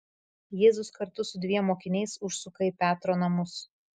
jėzus kartu su dviem mokiniais užsuka į petro namus